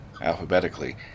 alphabetically